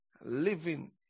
living